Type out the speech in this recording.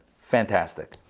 Fantastic